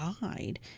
guide